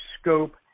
scope